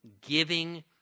giving